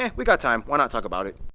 yeah we got time why not talk about it